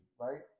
right